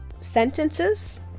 sentences